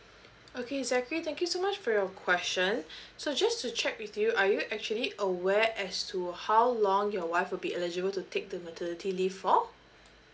okay zachary thank you so much for your question so just to check with you are you actually aware as to how long your wife would be eligible to take the maternity leave for